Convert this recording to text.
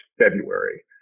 February